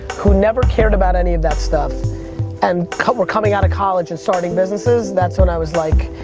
who never cared about any of that stuff and were coming out of college and starting businesses, that's when i was like,